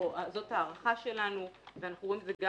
זאת ההערכה שלנו ואנחנו רואים את זה גם